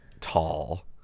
Tall